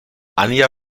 anja